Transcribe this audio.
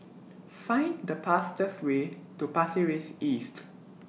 Find The fastest Way to Pasir Ris East